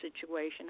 situation